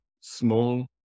small